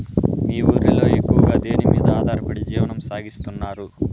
మీ ఊరిలో ఎక్కువగా దేనిమీద ఆధారపడి జీవనం సాగిస్తున్నారు?